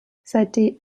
seitdem